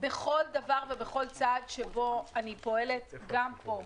בכל דבר ובכל צעד שבו אני פועלת, גם פה.